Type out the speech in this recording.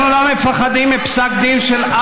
אנחנו לא מפחדים מפסק דין של אף בוחר או בוחרת.